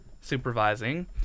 supervising